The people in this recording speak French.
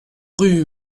rue